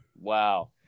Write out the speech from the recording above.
Wow